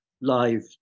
live